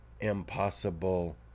impossible